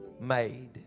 made